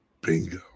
Bingo